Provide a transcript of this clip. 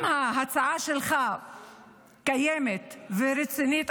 אם ההצעה שלך קיימת ורצינית,